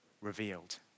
revealed